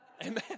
Amen